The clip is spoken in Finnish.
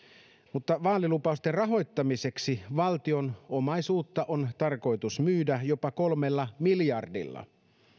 mutta vaalilupausten rahoittamiseksi valtion omaisuutta on tarkoitus myydä jopa kolmella miljardilla